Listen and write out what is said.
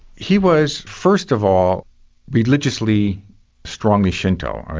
he was first of all religiously strongly shinto,